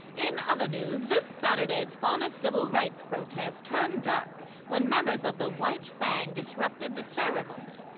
in other news, this saturday's faunus civil right's protest turned dark when members of the white fang disrupted the ceremony.